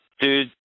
Dude